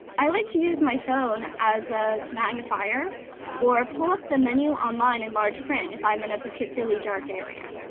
i like to use my phone as a magnifier or pull up the menu online in large print if i'm in a particularly dark area.